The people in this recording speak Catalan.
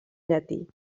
llatí